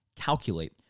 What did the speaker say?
Calculate